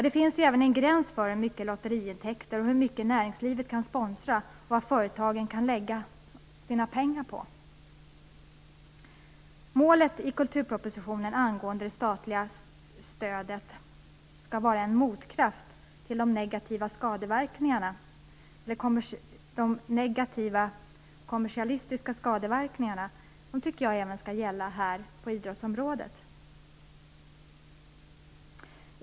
Det finns ju även en gräns för hur stora lotteriintäkter man kan få, hur mycket näringslivet kan sponsra och vad företagen kan lägga sina pengar på. Målet i kulturpropositionen angående att det statliga stödet skall vara en motkraft till de negativa kommersiella skadeverkningarna tycker jag även skall gälla på idrottsområdet.